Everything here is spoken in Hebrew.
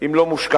אם לא מושכחים.